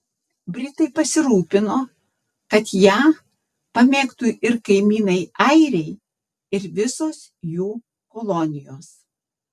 britai pasirūpino kad ją pamėgtų ir kaimynai airiai ir visos jų kolonijos